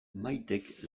maitek